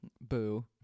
boo